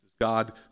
God